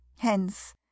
hence